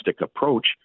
approach